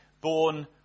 born